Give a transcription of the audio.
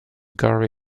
gary